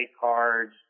cards